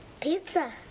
Pizza